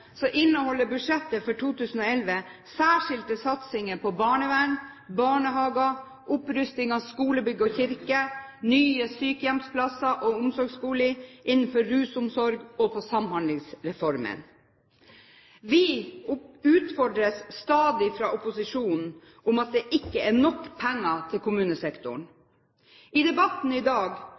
inneholder budsjettet for 2011 særskilte satsinger på barnevern, barnehager, opprusting av skolebygg og kirker, på nye sykehjemsplasser og omsorgsboliger, innenfor rusomsorgen og på Samhandlingsreformen. Vi utfordres stadig fra opposisjonen om at det ikke er nok penger til kommunesektoren. I debatten i dag